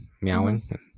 meowing